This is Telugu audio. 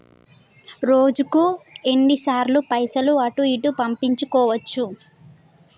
రోజుకు ఎన్ని సార్లు పైసలు అటూ ఇటూ పంపించుకోవచ్చు?